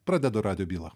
pradedu radijo bylą